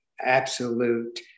absolute